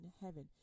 heaven